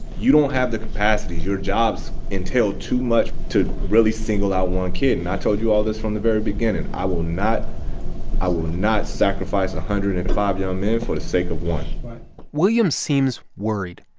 you don't have the capacity. your jobs entail too much to really single out one kid. and i told you all this from the very beginning. i will not i will not sacrifice one hundred and five young men for the sake of one williams seems worried,